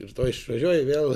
ir tuoj išvažiuoj vėl